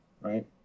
right